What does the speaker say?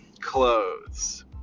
clothes